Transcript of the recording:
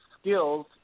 skills